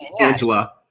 Angela